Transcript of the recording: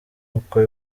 uko